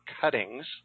cuttings